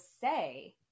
say